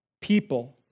people